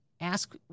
ask